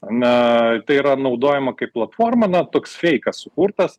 na tai yra naudojama kaip platforma na toks feikas sukurtas